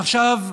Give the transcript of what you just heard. עכשיו,